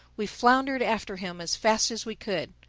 we floundered after him as fast as we could.